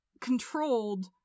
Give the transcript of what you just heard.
controlled